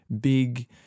big